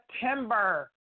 September